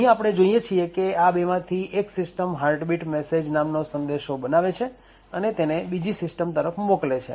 અહીં આપણે જોઈએ છીએ કે આ બેમાંથી એક સિસ્ટમ "હાર્ટ બીટ મેસેજ" નામનો સંદેશો બનાવે છે અને તેને બીજી સિસ્ટમ તરફ મોકલે છે